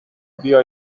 بیا